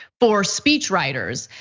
for speech writers,